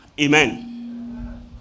Amen